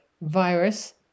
virus